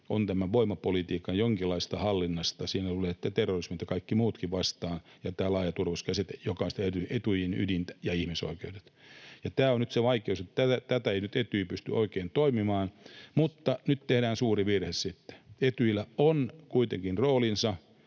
tämän voimapolitiikan jonkinlaisesta hallinnasta. Siinä tulee terrorismit ja kaikki muutkin vastaan ja tämä laaja turvallisuuskäsite, joka on sitä Etyjin ydintä, ja ihmisoikeudet. Tämä on nyt se vaikeus, että tässä ei nyt Etyj pysty oikein toimimaan. Mutta nyt tehdään suuri virhe sitten: Etyjillä on kuitenkin roolinsa.